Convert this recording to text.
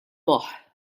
moħħ